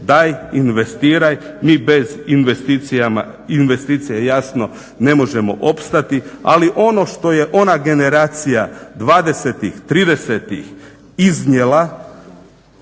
Daj, investiraj. Mi bez investicije jasno ne možemo opstati. Ali ono što je ona generacija 20,30 iznijela,